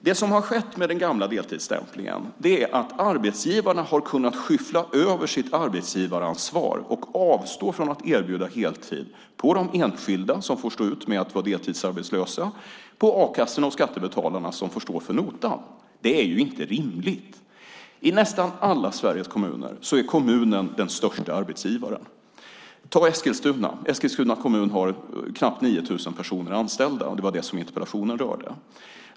Den gamla deltidsstämplingen innebar att arbetsgivarna kunde skyffla över sitt arbetsgivaransvar att erbjuda heltid på de enskilda, som får stå ut med att vara deltidsarbetslösa, och på a-kassorna och skattebetalarna, som får stå för notan. Det är ju inte rimligt! I nästan alla Sveriges kommuner är kommunen den största arbetsgivaren. Eskilstuna kommun har knappt 9 000 personer anställda. Det var det som interpellationen rörde.